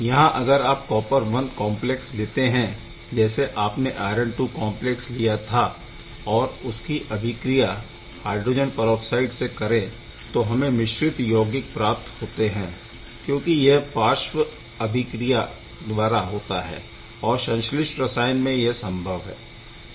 यहाँ अगर आप कॉपर I कॉम्प्लेक्स लेते है जैसे आपने आयरन II कॉम्प्लेक्स लिया था और इसकी अभिक्रिया HO OH हाइड्रोजन परऑक्साइड से करें तो हमें मिश्रित यौगिक प्राप्त होते है क्योंकि यह पार्श्व अभिक्रिया द्वारा होता है और संश्लिष्ट रसायन में यह संभव है